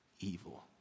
evil